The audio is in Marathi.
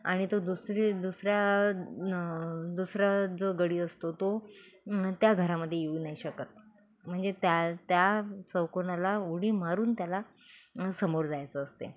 आणि तो दुसरी दुसऱ्या न दुसरा जो गडी असतो तो त्या घरामध्ये येऊ नाही शकत म्हणजे त्या त्या चौकोनाला उडी मारून त्याला समोर जायचं असते